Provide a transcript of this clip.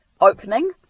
opening